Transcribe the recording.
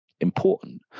important